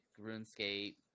Runescape